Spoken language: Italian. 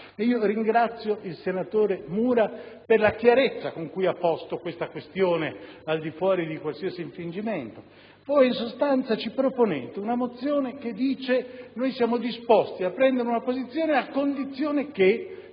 Ringrazio il senatore Mura per la chiarezza con cui ha posto tale questione al di fuori di qualsiasi infingimento. Voi in sostanza ci proponete una mozione che dice: siamo disposti a prendere una posizione, a condizione che